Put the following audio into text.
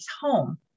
home